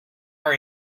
are